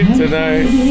tonight